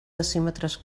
decímetres